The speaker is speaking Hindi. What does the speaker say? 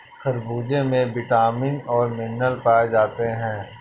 खरबूजे में विटामिन और मिनरल्स पाए जाते हैं